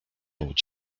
łudź